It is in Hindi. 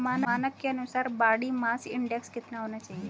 मानक के अनुसार बॉडी मास इंडेक्स कितना होना चाहिए?